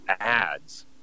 ads